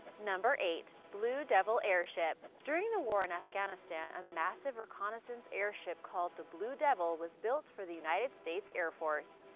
eight. blue devil airship during the war in afghanistan, a massive reconnaissance airship called the blue devil was built for the united states air force.